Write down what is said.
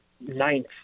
ninth